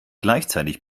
gleichzeitig